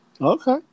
Okay